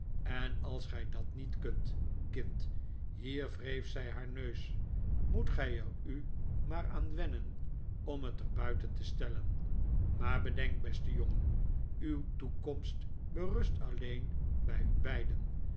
en als gij dat niet kunt kind hier wreef zij haar neus moet gij er u maar aan wennen om het er buiten te stellen maar bedenk beste jongen uw toekomst berust alleen bij u beiden